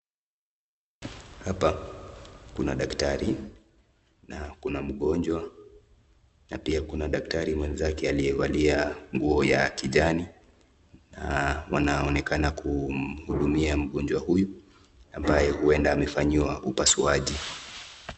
Hapa kuna dakitari, na kuna mgonjwa na pia kuna dakitari mwenzake aliyevalia nguo ya kijani na wanaonekana kumhudumia mgonjwa huyu ambaye uenda amefanyiwa upaswaji.